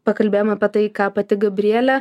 pakalbėjom apie tai ką pati gabrielė